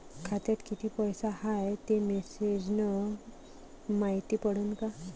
खात्यात किती पैसा हाय ते मेसेज न मायती पडन का?